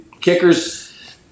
kickers